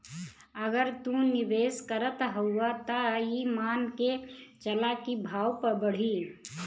अगर तू निवेस करत हउआ त ई मान के चला की भाव बढ़ी